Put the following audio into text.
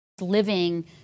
living